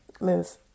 Move